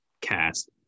cast